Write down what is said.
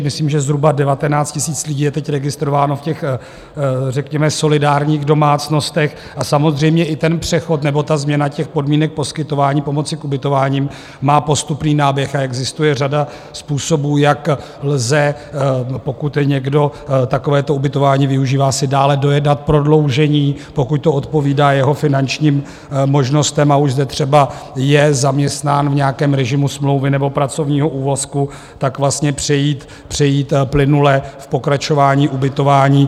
Myslím, že zhruba 19 000 lidí je teď registrováno v těch řekněme solidárních domácnostech, a samozřejmě i přechod nebo změna podmínek poskytování pomoci k ubytováním má postupný náběh a existuje řada způsobů, jak lze, pokud někdo takovéto ubytování využívá, si dále dojednat prodloužení, pokud to odpovídá jeho finančním možnostem, už zde třeba je zaměstnán v nějakém režimu smlouvy nebo pracovního úvazku, vlastně přejít plynule v pokračování ubytování.